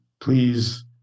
please